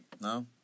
No